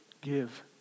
give